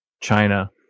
China